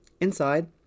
Inside